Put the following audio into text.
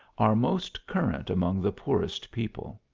are most current among the poorest people.